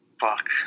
Fuck